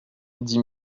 dix